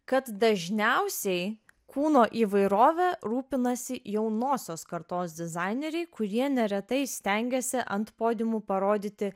kad dažniausiai kūno įvairove rūpinasi jaunosios kartos dizaineriai kurie neretai stengiasi ant podiumų parodyti